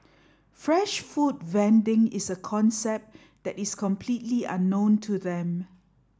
fresh food vending is a concept that is completely unknown to them